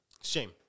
Shame